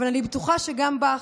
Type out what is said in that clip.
אבל אני בטוחה שגם בך,